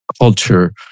Culture